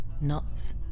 nuts